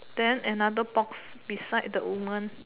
then another box beside the woman